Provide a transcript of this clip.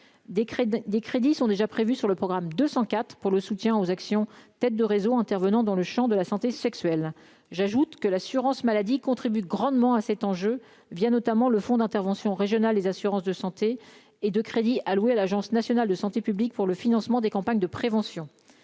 des crédits sont déjà prévus sur le programme 204 pour le soutien aux actions tête de réseau intervenant dans le Champ de la santé sexuelle, j'ajoute que l'assurance maladie, contribue grandement à cet enjeu, via notamment le Fonds d'intervention régional les assurances de santé et de crédits alloués à l'Agence nationale de santé publique pour le financement des campagnes de prévention,